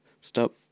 stop